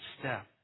step